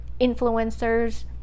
influencers